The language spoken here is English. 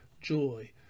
joy